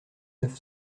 neuf